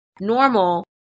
normal